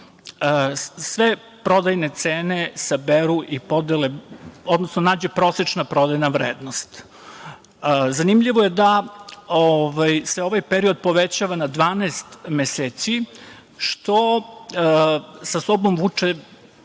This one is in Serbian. sve prodajne cene saberu i podele, odnosno nađe prosečna prodajna vrednost. Zanimljivo je da se ovaj period povećava na 12 meseci, što sa sobom vuče